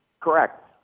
correct